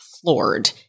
floored